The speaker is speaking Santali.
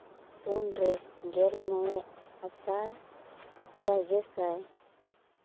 ᱯᱩᱱ ᱨᱮ ᱜᱮᱞ ᱢᱚᱬᱮ ᱟᱥᱟᱲ ᱵᱟᱜᱮ ᱥᱟᱭ